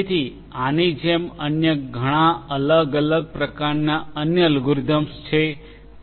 તેથી આની જેમ અન્ય ઘણા અલગ અલગ પ્રકારનાં અન્ય અલ્ગોરિથિમ્સ છે